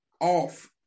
off